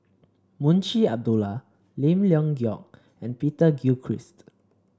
Munshi Abdullah Lim Leong Geok and Peter Gilchrist